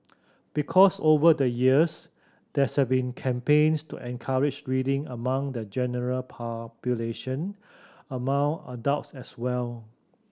because over the years there has been campaigns to encourage reading among the general population among adults as well